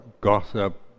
gossip